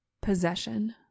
Possession